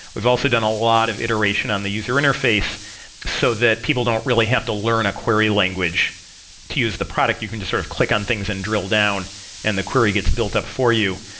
we've also done a lot of iteration on the user interface so that people don't really have to learn a query language to use the product. you can just sort of click on things and drill down and the query gets built up for you.